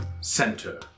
Center